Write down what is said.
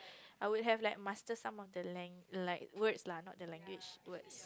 I would have master some of the lang~ like words lah not the language words